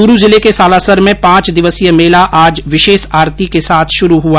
चूरू जिले के सालासर में पांच दिवसीय मेला आज विशेष आरती के साथ शुरू हुआ